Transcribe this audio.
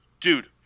Dude